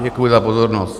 Děkuji za pozornost.